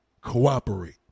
Cooperate